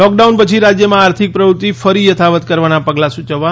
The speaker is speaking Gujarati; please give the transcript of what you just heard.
લોકડાઉન પછી રાજ્યમાં આર્થિક પ્રવૃત્તિ ફરી યથાવત્ કરવાના પગલાં સૂચવવા